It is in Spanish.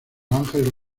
ángel